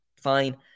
fine